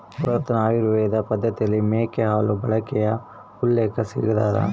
ಪುರಾತನ ಆಯುರ್ವೇದ ಪದ್ದತಿಯಲ್ಲಿ ಮೇಕೆ ಹಾಲು ಬಳಕೆಯ ಉಲ್ಲೇಖ ಸಿಗ್ತದ